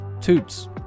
toots